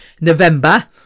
November